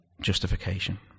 justification